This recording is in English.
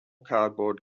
cardboard